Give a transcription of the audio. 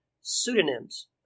pseudonyms